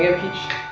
ah peach!